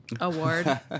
award